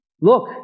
look